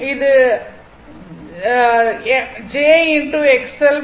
இது ஆக இருக்கும்